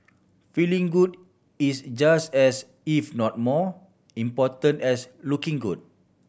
feeling good is just as if not more important as looking good